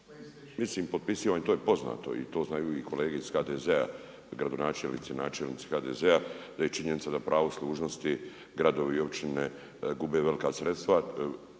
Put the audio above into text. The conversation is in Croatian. Mislim potpisujem i to je poznato i to znaju i kolege iz HDZ-a, gradonačelnici, načelnici HDZ-a, da je činjenica da u pravu služnosti, gradovi i općine gube velika sredstva,